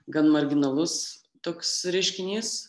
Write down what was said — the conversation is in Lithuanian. gan marginalus toks reiškinys